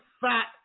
fat